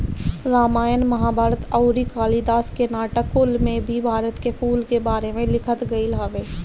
रामायण महाभारत अउरी कालिदास के नाटक कुल में भी भारत के फूल के बारे में लिखल गईल हवे